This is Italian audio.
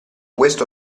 questo